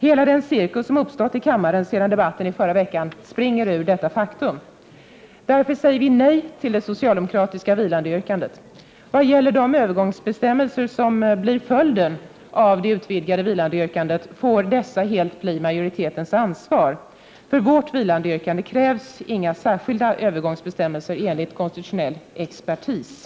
Hela den cirkus som uppstått i kammaren sedan debatten i förra veckan springer ur detta faktum. Därför säger vi nej till det socialdemokratiska vilandeyrkandet. Vad gäller de övergångsbestämmelser som blir följden av det utvidgade vilandeyrkandet får dessa helt bli majoritetens ansvar. För vårt vilandeyrkande krävs nämligen inga särskilda övergångsbestämmelser, enligt konstitutionell expertis.